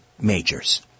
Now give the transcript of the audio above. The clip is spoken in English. majors